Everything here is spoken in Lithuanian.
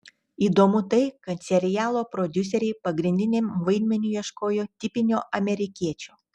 įdomu tai kad serialo prodiuseriai pagrindiniam vaidmeniui ieškojo tipinio amerikiečio